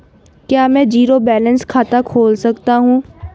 क्या मैं zero balance खाता खोल सकता हूँ?